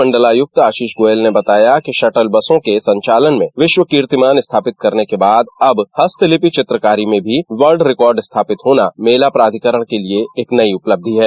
मंडलायुक्त आशीष गोयल ने बताया कि शटल बसों के संचालन में विश्व कीर्तिमान स्थापित करने के बाद अब हस्तलिपि चित्रकारी में भी विश्व कीर्तिमान स्थापित होना मेला प्राधिकरण के लिए एक नयी उपलब्धि है